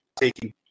taking